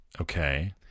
Okay